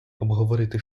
обговорити